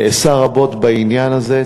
נעשה רבות בעניין הזה.